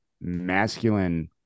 masculine